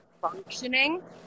functioning